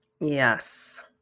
Yes